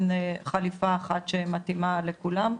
אין חליפה אחת שמתאימה לכולם,